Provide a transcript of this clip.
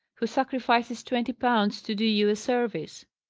who sacrifices twenty pounds to do you a service.